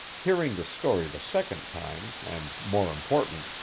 hearing the story the second time and, more important,